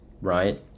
right